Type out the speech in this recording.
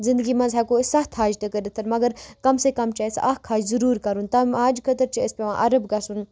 زندگی منٛز ہٮ۪کو أسۍ سَتھ حج تہِ کٔرِتھ مگر کَم سے کَم چھُ اَسہِ اَکھ حج ضٔروٗر کَرُن تَمہِ حَج خٲطرٕ چھِ اَسہِ پٮ۪وان عرب گژھُن